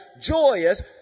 joyous